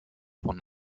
von